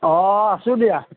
অঁ আছো দিয়া